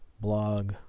blog